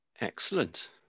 Excellent